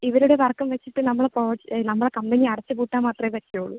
ഇവരുടെ വർക്കും വെച്ചിട്ട് നമ്മൾ പ്രോ നമ്മളെ കമ്പനി അടച്ചുപൂട്ടാൻ മാത്രമേ പറ്റുകയുള്ളൂ